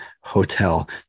hotel